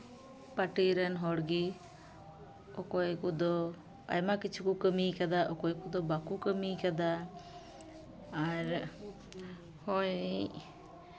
ᱯᱟᱴᱤ ᱨᱮᱱ ᱦᱚᱲ ᱜᱮ ᱚᱠᱚᱭ ᱠᱚᱫᱚ ᱟᱭᱢᱟ ᱠᱤᱪᱷᱩ ᱠᱚ ᱠᱟᱹᱢᱤᱭ ᱠᱟᱫᱟ ᱚᱠᱚᱭ ᱠᱚᱫᱚ ᱵᱟᱠᱚ ᱠᱟᱹᱢᱤᱭ ᱠᱟᱫᱟ ᱟᱨ ᱦᱚᱭ